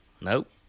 Nope